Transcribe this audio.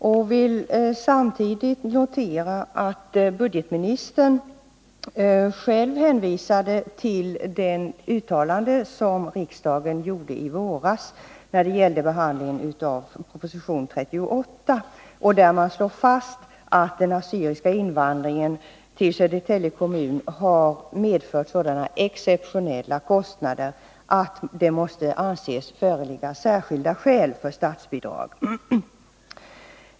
Samtidigt vill jag notera att budgetministern själv hänvisade till riksdagens uttalande i våras vid behandlingen av proposition 38, där det slås fast att den assyriska invandringen till Södertälje kommun har medfört sådana exceptionella kostnader att det måste anses föreligga särskilda skäl för statsbidrag.